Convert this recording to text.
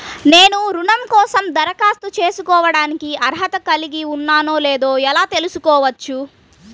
నేను రుణం కోసం దరఖాస్తు చేసుకోవడానికి అర్హత కలిగి ఉన్నానో లేదో ఎలా తెలుసుకోవచ్చు?